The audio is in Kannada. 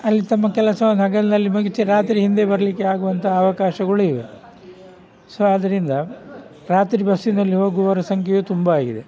ಅಲ್ಲಿ ತಮ್ಮ ಕೆಲಸವನ್ನು ಹಗಲಿನಲ್ಲಿ ಮುಗಿಸಿ ರಾತ್ರಿ ಹಿಂದೆ ಬರಲಿಕ್ಕೆ ಆಗುವಂಥ ಅವಕಾಶಗಳೂ ಇವೆ ಸೊ ಆದ್ದರಿಂದ ರಾತ್ರಿ ಬಸ್ಸಿನಲ್ಲಿ ಹೋಗುವವರ ಸಂಖ್ಯೆಯು ತುಂಬ ಆಗಿದೆ